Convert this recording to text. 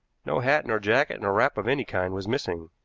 no hat nor jacket nor wrap of any kind was missing,